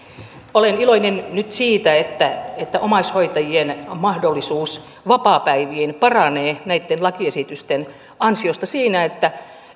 olen iloinen nyt siitä että että omaishoitajien mahdollisuus vapaapäiviin paranee näitten lakiesitysten ansiosta sillä että